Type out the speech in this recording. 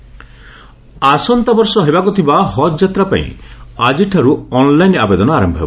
ହଜ୍ ନକ୍ଭୀ ଆସନ୍ତା ବର୍ଷ ହେବାକୁ ଥିବା ହଜ୍ ଯାତ୍ରାପାଇଁ ଆଜିଠାରୁ ଅନ୍ଲାଇନ୍ ଆବେଦନ ଆରମ୍ଭ ହେବ